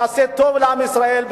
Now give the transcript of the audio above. נעשה טוב לעם ישראל,